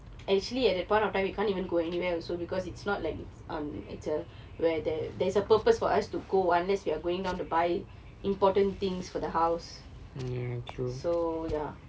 actually at that point of time we can't even go anywhere also because it's not like um it's a where there there is a purpose for us to go unless you're going down to buy important things for the house so yeah